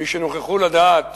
משנוכחו לדעת